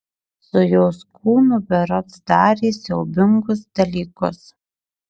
su jos kūnu berods darė siaubingus dalykus